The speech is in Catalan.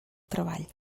treball